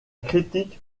critique